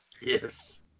Yes